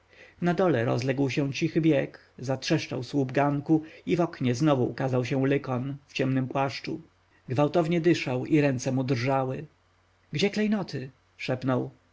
na dole rozległ się cichy bieg zatrzeszczał słup ganku i w oknie znowu ukazał się lykon w ciemnym płaszczu gwałtownie dyszał i ręce mu drżały gdzie klejnoty